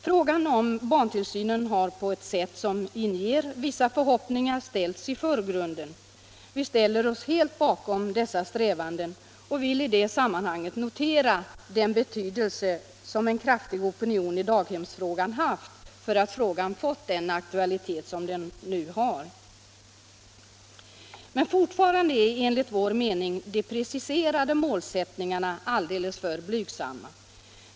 Frågan om barntillsynen har på ett sätt som inger vissa förhoppningar förts fram i förgrunden. Vi ställer oss helt bakom dessa strävanden och vill i det sammanhanget notera den betydelse som en kraftig opinion i daghemsfrågan haft för att frågan fått den aktualitet som den nu har. Men fortfarande är enligt vår mening de preciserade målsättningarna alldeles för blygsamma.